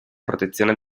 protezione